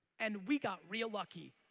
and we got real lucky.